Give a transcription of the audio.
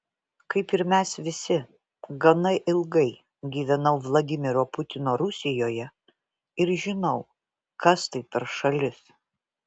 kaip ir mes visi gana ilgai gyvenau vladimiro putino rusijoje ir žinau kas tai per šalis